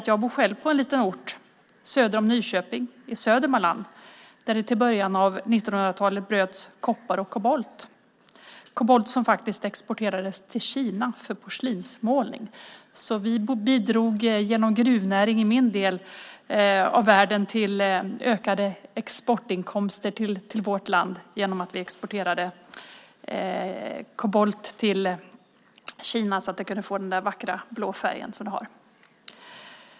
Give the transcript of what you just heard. Jag bor själv på en liten ort söder om Nyköping i Södermanland där det fram till början av 1900-talet bröts koppar och kobolt - kobolt som exporterades till Kina för porslinsmålning. Genom gruvnäringen i min del av världen bidrog vi alltså till ökade exportinkomster till vårt land genom att vi exporterade kobolt till Kina så att porslinet kunde få sin vackra blå färg.